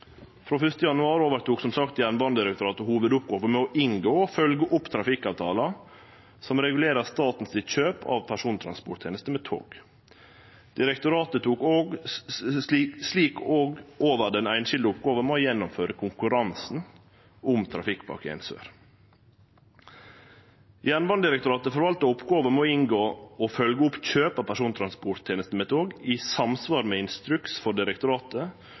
Frå 1. januar 2017 overtok som sagt Jernbanedirektoratet hovudoppgåva med å inngå og følgje opp trafikkavtalar som regulerer staten sitt kjøp av persontransporttenester med tog. Direktoratet tok slik òg over den einskilde oppgåva med å gjennomføre konkurransen om Trafikkpakke 1 Sør. Jernbanedirektoratet forvaltar oppgåva med å inngå og følgje opp kjøp av persontransporttenester med tog i samsvar med instruks for direktoratet